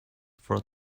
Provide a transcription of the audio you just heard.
for